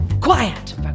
Quiet